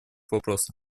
вопроса